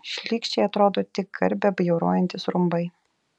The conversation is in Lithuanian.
šlykščiai atrodo tik garbę bjaurojantys rumbai